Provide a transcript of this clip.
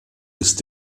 ist